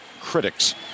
critics